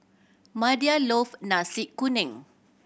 Madie love Nasi Kuning